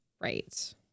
Right